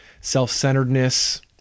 self-centeredness